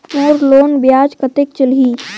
मोर loan ब्याज कतेक चलही?